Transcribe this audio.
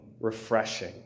refreshing